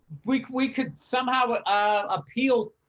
we could. we could somehow but ah appeal